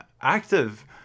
active